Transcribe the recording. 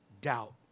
doubt